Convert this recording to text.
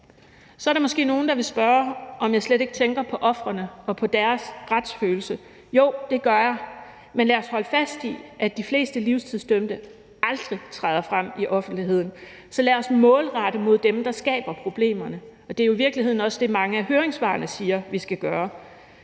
Så er der måske nogle, der vil spørge, om jeg slet ikke tænker på ofrene og på deres retsfølelse. Jo, det gør jeg, men lad os holde fast i, at de fleste livstidsdømte aldrig træder frem i offentligheden; lad os målrette mod dem, der skaber problemerne. Det er i virkeligheden også det, mange af høringssvarene siger, vi skal gøre.